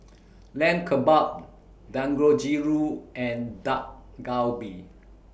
Lamb Kebabs Dangojiru and Dak Galbi